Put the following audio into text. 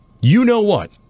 you-know-what